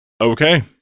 Okay